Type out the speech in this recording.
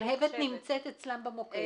שלהבת נמצאת אצלם במוקד.